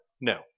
no